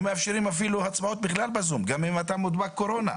לא מאפשרים הצבעות בכלל ב-זום גם אם אתה חולה מאומת בקורונה.